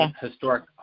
historic